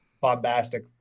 bombastic